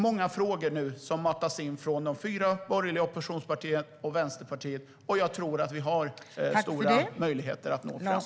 Många frågor matas nu in av de fyra borgerliga oppositionspartierna och av Vänsterpartiet, och jag tror att vi har stora möjligheter att nå fram.